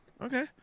okay